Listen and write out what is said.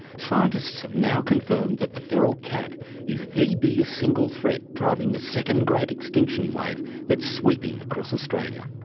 scientists have now confirmed that the feral cat is the biggest single threat driving the second great extinction wave that's sweeping across australia.